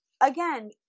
again